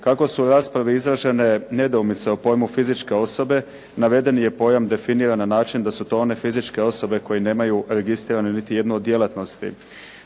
Kako su u raspravi izražene nedoumice u pojmu fizičke osobe, navedeni je pojam definiran na način da su to one fizičke osobe koje nemaju registriranu niti jednu od djelatnosti.